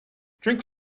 drink